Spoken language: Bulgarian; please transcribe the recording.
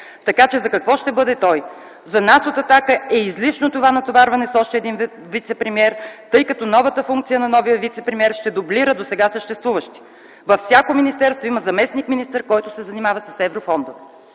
Така че за какво ще бъде той? За нас, от „Атака”, е излишно това натоварване с още един вицепремиер, тъй като новата функция на новия вицепремиер ще дублира досега съществуващи. Във всяко министерство има заместник-министър, който се занимава с еврофондове”.